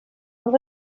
els